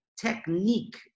technique